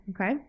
Okay